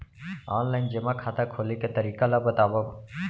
Online जेमा खाता खोले के तरीका ल बतावव?